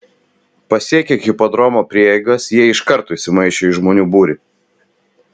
pasiekę hipodromo prieigas jie iš karto įsimaišė į žmonių būrį